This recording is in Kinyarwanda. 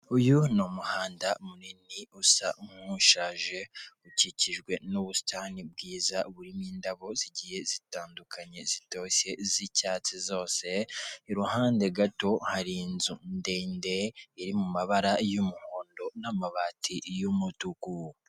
Uyu ni umuhanda munini usa nk'ushaje ukikijwe n'ubusitani bwiza burimo indabo zigiye zitandukanye zitoshye zicyatsi zose, iruhande gato hari inzu ndende iri mu mabara y'umuhondo n'amabati y'umutuku.